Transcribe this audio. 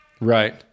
Right